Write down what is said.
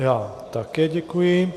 Já také děkuji.